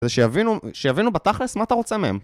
זה שיבינו בתכלס מה אתה רוצה מהם